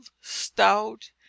stout